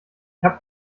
hab